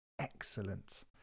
excellent